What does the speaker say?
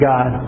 God